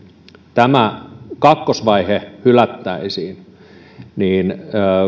tämä kakkosvaihe hylättäisiin niin